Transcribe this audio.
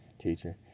teacher